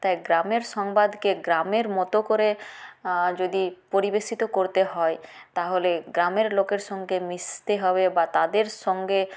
তাই গ্রামের সংবাদকে গ্রামের মতো করে যদি পরিবেশিত করতে হয় তাহলে গ্রামের লোকের সঙ্গে মিশতে হবে বা তাদের সঙ্গে